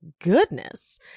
goodness